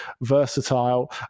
versatile